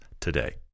today